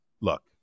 look